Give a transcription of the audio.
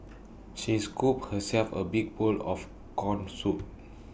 she is scooped herself A big bowl of Corn Soup